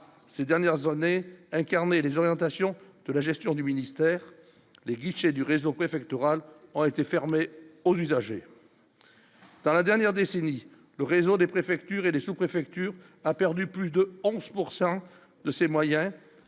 ces dernières années, incarner les orientations de la gestion du ministère, les guichets du réseau préfectoral ont été fermés aux usagers. Dans la dernière décennie, le réseau des préfectures et les sous-préfectures, a perdu plus de 11 pourcent de ses moyens